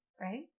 right